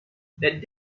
that